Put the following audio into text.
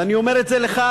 ואני אומר את זה לך,